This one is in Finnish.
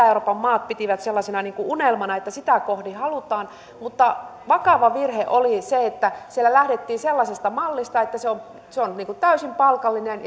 euroopan maat pitivät sellaisena unelmana että sitä kohdin halutaan mutta vakava virhe oli se että siellä lähdettiin sellaisesta mallista että se on se on täysin palkallinen